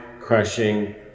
crushing